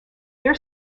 their